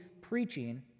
preaching